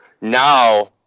now